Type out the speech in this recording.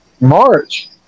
march